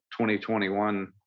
2021